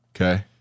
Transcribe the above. Okay